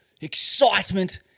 excitement